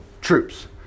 troops